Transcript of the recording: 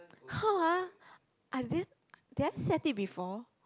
how ah I didn't did I set it before